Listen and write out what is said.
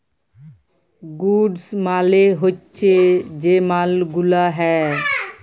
goods মালে হচ্যে যে মাল গুলা হ্যয়